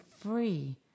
free